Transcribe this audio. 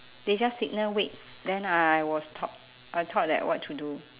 they just signal wait then I was thought I thought like what to do